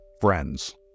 friends